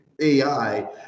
AI